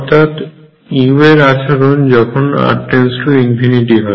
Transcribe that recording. অর্থাৎ u এর আচরণ যখন r →∞ হয়